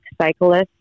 cyclists